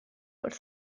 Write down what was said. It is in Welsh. wrth